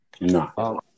No